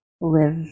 live